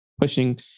pushing